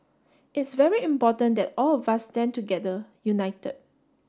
it's very important that all of us stand together united